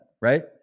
Right